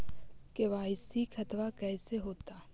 KYC खतबा कैसे होता?